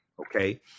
Okay